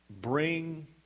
bring